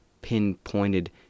pinpointed